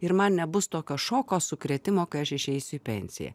ir man nebus tokio šoko sukrėtimo kai aš išeisiu į pensiją